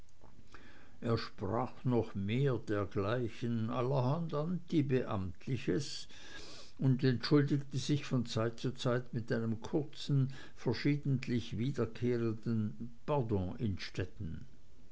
er sprach noch mehr dergleichen allerhand antibeamtliches und entschuldigte sich von zeit zu zeit mit einem kurzen verschiedentlich wiederkehrenden pardon